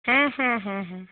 হ্যাঁ হ্যাঁ হ্যাঁ হ্যাঁ